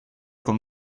con